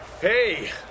Hey